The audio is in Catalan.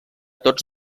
tots